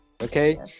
Okay